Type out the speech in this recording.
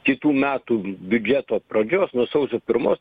kitų metų biudžeto pradžios nuo sausio pirmos